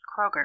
Kroger